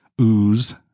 ooze